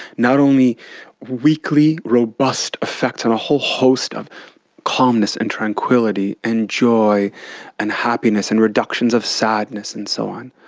not only weekly robust effects on a whole host of calmness and tranquillity and joy and happiness and reductions of sadness and so on,